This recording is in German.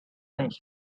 nicht